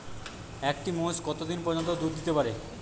একটি মোষ কত দিন পর্যন্ত দুধ দিতে পারে?